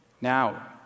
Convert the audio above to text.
Now